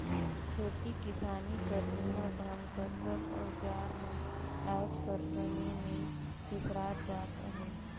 खेती किसानी कर जूना ढंग कर सब अउजार मन आएज कर समे मे बिसरात जात अहे